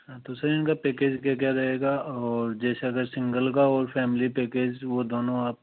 हाँ तो सर इनका पेकेज क्या क्या रहेगा और जैसे अगर सिंगल का और फैमिली पेकेज दोनों आप